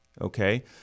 okay